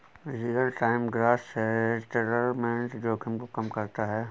real time gross settlement जोखिम को कम करता है